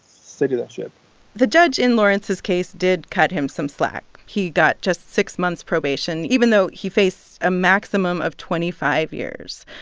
citizenship the judge in lawrence's case did cut him some slack. he got just six months' probation, even though he faced a maximum of twenty five years.